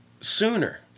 sooner